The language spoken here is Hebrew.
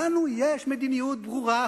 לנו יש מדיניות ברורה,